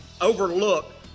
overlook